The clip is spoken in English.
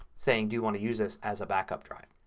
saying do you want to use this as a backup drive.